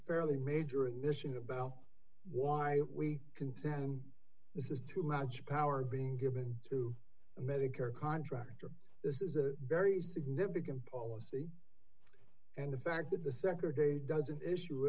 fairly major admission a bell why we contend this is too much power being given to medicare contractors this is a very significant policy and the fact that the secretary doesn't issue